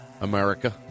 America